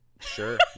sure